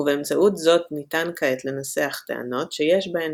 ובאמצעות זאת ניתן כעת לנסח טענות שיש בהן